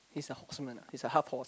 he is a horseman he is a half horse